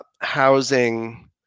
housing